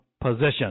position